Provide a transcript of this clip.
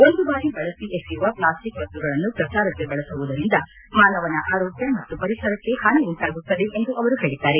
ಒಂದು ಬಾರಿ ಬಳಸಿ ಎಸೆಯುವ ಪ್ಲಾಸ್ಟಿಕ್ ವಸ್ತುಗಳನ್ನು ಪ್ರಚಾರಕ್ಕೆ ಬಳಸುವುದರಿಂದ ಮಾನವನ ಆರೋಗ್ಯ ಮತ್ತು ಪರಿಸರಕ್ಕೆ ಹಾನಿ ಉಂಟಾಗುತ್ತದೆ ಎಂದು ಅವರು ಹೇಳಿದ್ದಾರೆ